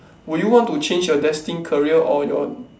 will you want to change your destined career or your